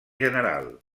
general